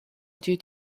due